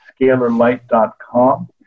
scalarlight.com